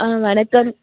ஆ வணக்கம்